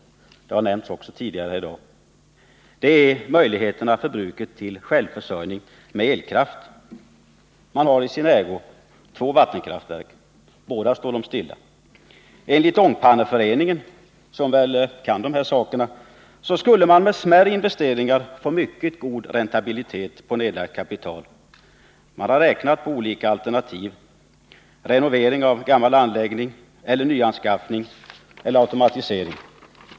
Det har nämnts tidigare i dag och gäller brukets möjligheter till självförsörjning med elkraft. Bruket har i sin ägo två vattenkraftverk. Båda står stilla. Enligt Ångpanneföreningen, som väl kan dessa saker, skulle man med smärre investeringar få mycket god räntabilitet på nedlagt kapital. Man har räknat på olika alternativ: renovering av gammal anläggning, nyanskaffning eller automatisering.